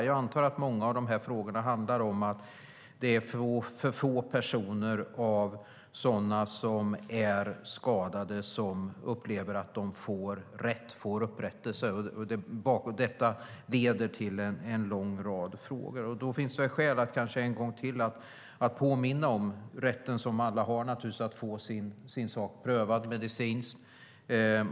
Jag antar att många av de här frågorna handlar om att för få personer som är skadade upplever att de får upprättelse, och detta leder till en lång rad frågor. Då finns det väl skäl att kanske en gång till påminna om rätten som alla har att få sin sak prövad medicinskt.